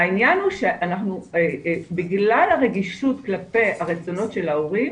העניין הוא שבגלל הרגישות כלפי הרצונות של ההורים,